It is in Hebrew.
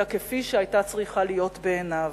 אלא כפי שהיתה צריכה להיות בעיניו.